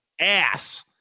ass